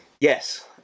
Yes